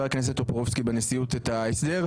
הכנסת טופורובסקי בנשיאות את ההסדר,